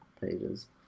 pages